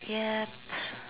yup